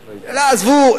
עזבו,